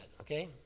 okay